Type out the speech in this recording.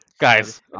Guys